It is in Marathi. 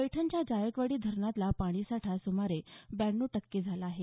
पैठणच्या जायकवाडी धरणातला पाणीसाठा सुमारे ब्याण्णव टक्के झाला आहे